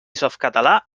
softcatalà